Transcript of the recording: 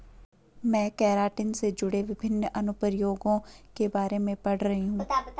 मैं केराटिन से जुड़े विभिन्न अनुप्रयोगों के बारे में पढ़ रही हूं